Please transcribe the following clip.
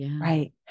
Right